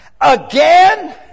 Again